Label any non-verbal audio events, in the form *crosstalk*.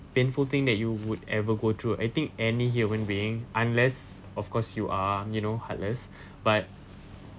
that you would ever go through I think any human being unless of course you are you know heartless *breath* but